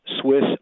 Swiss